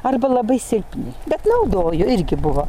arba labai silpni bet naudojo irgi buvo